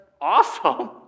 awesome